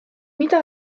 mida